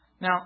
now